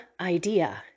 idea